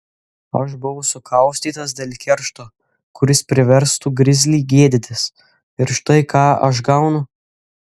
aš buvau sukaustytas dėl keršto kuris priverstų grizlį gėdytis ir štai ką aš gaunu